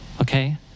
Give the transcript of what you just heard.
okay